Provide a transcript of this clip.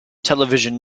television